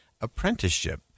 apprenticeship